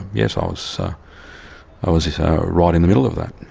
yes, ah so i was right in the middle of that.